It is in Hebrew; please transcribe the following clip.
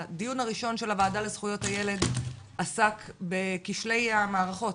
הדיון הראשון של הוועדה לזכויות הילד עסק בכשלי המערכות,